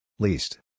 Least